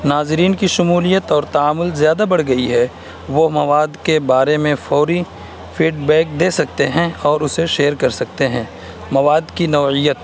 ناظرین کی شمولیت اور تامّل زیادہ بڑھ گئی ہے وہ مواد کے بارے میں فوری فیڈ بیک دے سکتے ہیں اور اسے شیئر کر سکتے ہیں مواد کی نوعیت